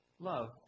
Love